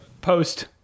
post